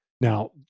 Now